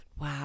Wow